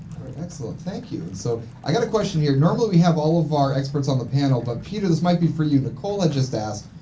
excellent, thank you. and so, i got a question here. normally we have all of our experts on the panel but peter this might be for you. nicola just asked,